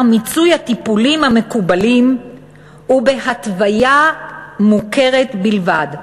מיצוי הטיפולים המקובלים ובהתוויה מוכרת בלבד.